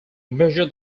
measure